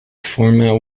format